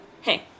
hey